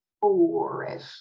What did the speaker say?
four-ish